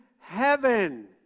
heaven